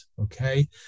Okay